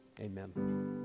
Amen